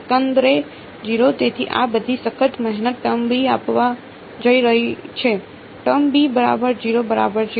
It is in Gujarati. એકંદરે 0 તેથી આ બધી સખત મહેનત ટર્મ b આપવા જઈ રહી છે ટર્મ b બરાબર 0 બરાબર છે